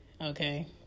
okay